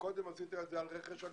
מקודם עשית את זה על רכש הגומלין.